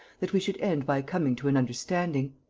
that we should end by coming to an understanding.